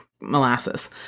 molasses